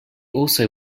also